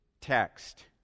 text